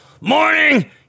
Morning